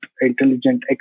intelligent